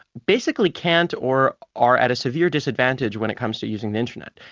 basically can't or are at a severe disadvantage when it comes to using the internet.